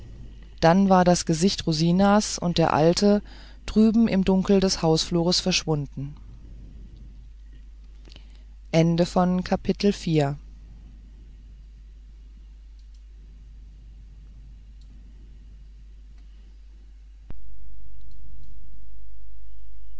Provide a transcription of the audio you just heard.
dann waren das gesicht rosinas und der alte drüben im dunkel des hausflures verschwunden